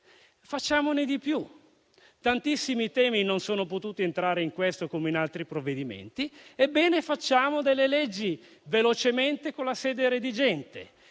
Facciamone di più. Tantissimi temi non sono potuti entrare in questo, come in altri provvedimenti. Ebbene, facciamo delle leggi velocemente con la sede redigente